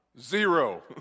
Zero